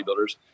bodybuilders